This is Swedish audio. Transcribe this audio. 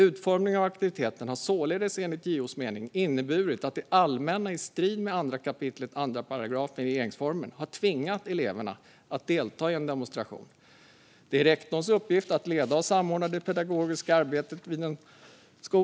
Utformningen av aktiviteten har således, enligt JO:s mening, inneburit att det allmänna i strid med 2 kap. 2 § regeringsformen har tvingat eleverna att delta i en demonstration. JO skriver att det är rektorns uppgift att leda och samordna det pedagogiska arbetet vid en skola.